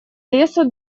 лесу